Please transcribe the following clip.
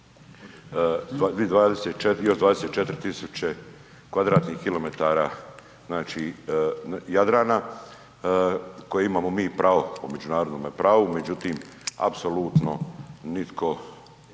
24.000 kvadratnih kilometara Jadrana koje mi imamo pravo po međunarodnome pravo, međutim apsolutno nitko